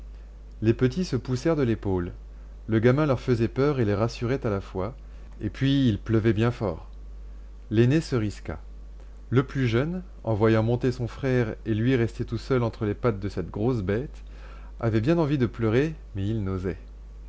les petits se poussèrent de l'épaule le gamin leur faisait peur et les rassurait à la fois et puis il pleuvait bien fort l'aîné se risqua le plus jeune en voyant monter son frère et lui resté tout seul entre les pattes de cette grosse bête avait bien envie de pleurer mais il n'osait